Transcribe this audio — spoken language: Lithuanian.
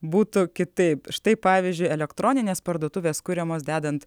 būtų kitaip štai pavyzdžiui elektroninės parduotuvės kuriamos dedant